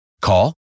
Call